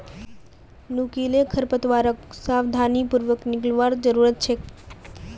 नुकीले खरपतवारक सावधानी पूर्वक निकलवार जरूरत छेक